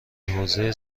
حوزه